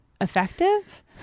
effective